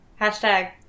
hashtag